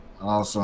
awesome